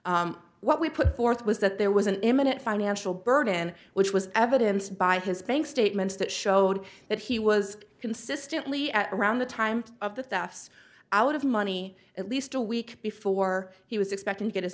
what we put forth was that there was an imminent financial burden which was evidenced by his bank statements that showed that he was consistently at around the time of the thefts out of money at least a week before he was expected to get his